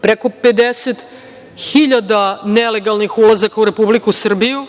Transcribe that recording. preko 50.000 nelegalnih ulazaka u Srbiju,